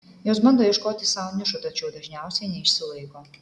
jos bando ieškoti sau nišų tačiau dažniausiai neišsilaiko